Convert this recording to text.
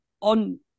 on